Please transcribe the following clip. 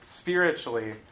spiritually